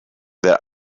their